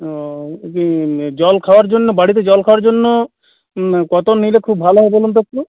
ও জল খাওয়ার জন্য বাড়িতে জল খাওয়ার জন্য কত নিলে খুব ভালো হয় বলুন তো একটু